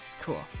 Cool